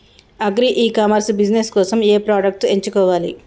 Agri e commerce business కోసము ఏ products ఎంచుకోవాలి?